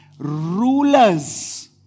Rulers